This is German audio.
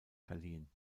verliehen